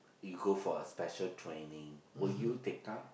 you go for a special training will you take up